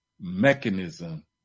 mechanism